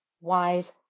wise